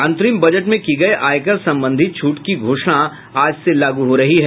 अंतरिम बजट में की गयी आयकर संबंधी छूट की घोषणा आज से लागू हो रही है